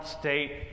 state